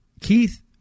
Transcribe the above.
Keith